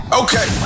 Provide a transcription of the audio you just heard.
okay